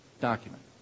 document